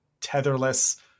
tetherless